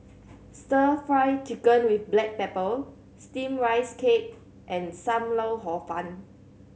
Stir Fry Chicken with black pepper Steamed Rice Cake and Sam Lau Hor Fun